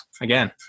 again